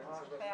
יש פה בעיה.